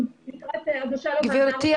לקראת הגשה לוועדה המחוזית -- גברתי,